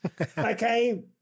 okay